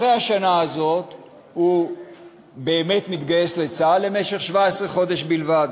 אחרי השנה הזאת הוא באמת מתגייס לצה"ל למשך 17 חודש בלבד.